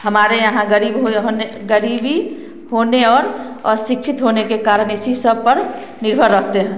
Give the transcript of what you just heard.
हमारे यहाँ गरीब हो होने गरीबी होने और अशिक्षित होने के कारण इसी सब पर निर्भर रहते हैं